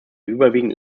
überwiegend